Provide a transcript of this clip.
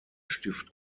stift